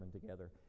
together